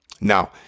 Now